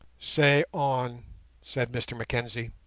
say on said mr mackenzie.